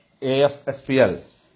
AFSPL